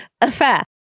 affair